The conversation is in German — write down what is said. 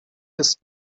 ist